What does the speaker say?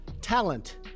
talent